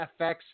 FX